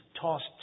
tossed